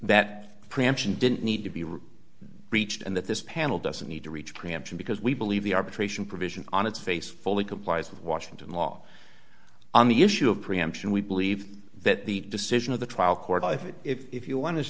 that preemption didn't need to be reached and that this panel doesn't need to reach preemption because we believe the arbitration provision on its face fully complies with washington law on the issue of preemption we believe that the decision of the trial court i think if you want